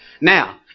Now